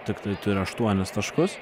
tiktai turi aštuonis taškus